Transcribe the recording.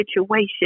situation